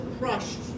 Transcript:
crushed